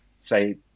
say